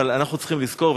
אבל אנחנו צריכים לזכור,